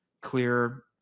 clear